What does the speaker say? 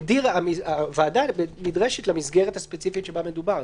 והוועדה נדרשת למסגרת הספציפית שבה מדובר.